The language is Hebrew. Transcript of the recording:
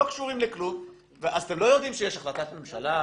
לא קשורים לכלום; אז אתם לא יודעים שיש החלטת ממשלה,